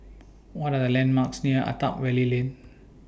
What Are The landmarks near Attap Valley Lane